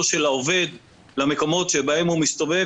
של העובד למקומות שבהם הוא מסתובב,